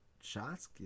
shots